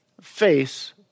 face